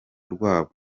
rwabo